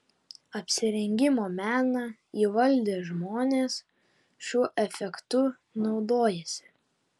apsirengimo meną įvaldę žmonės šiuo efektu naudojasi